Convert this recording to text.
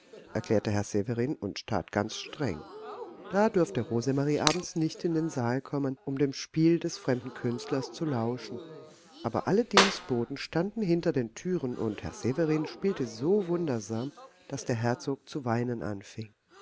erklärte herr severin und tat ganz streng da durfte rosemarie abends nicht in den saal kommen um dem spiel des fremden künstlers zu lauschen aber alle dienstboten standen hinter den türen und herr severin spielte so wundersam daß der herzog zu weinen anfing